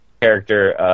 character